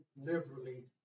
liberally